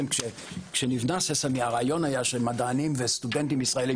כשנבנה "ססמי" הרעיון היה שמדענים וסטודנטים ישראליים